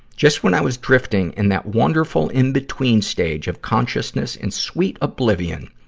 just when i was drifting in that wonderful in-between stage of consciousness and sweet oblivion,